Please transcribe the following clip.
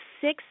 six